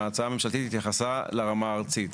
ההצעה הממשלתית התייחסה לרמה הארצית,